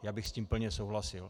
Já bych s tím plně souhlasil.